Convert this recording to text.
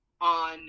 on –